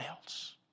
else